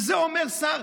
ואת זה אומר שר: